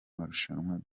marushanwa